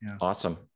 awesome